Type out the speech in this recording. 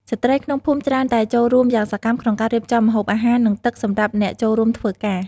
ស្ត្រីក្នុងភូមិច្រើនតែចូលរួមយ៉ាងសកម្មក្នុងការរៀបចំម្ហូបអាហារ និងទឹកសម្រាប់អ្នកចូលរួមធ្វើការ។